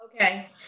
Okay